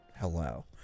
Hello